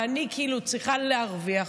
ואני כאילו צריכה להרוויח,